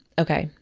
ok,